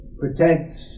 protects